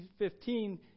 15